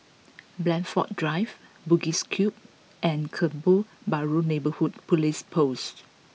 Blandford Drive Bugis Cube and Kebun Baru Neighbourhood Police Post